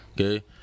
okay